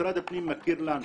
משרד הפנים מכיר לנו